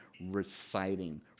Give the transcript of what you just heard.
reciting